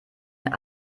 ein